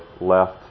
left